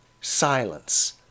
silence